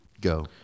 Go